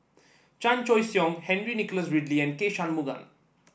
Chan Choy Siong Henry Nicholas Ridley and K Shanmugam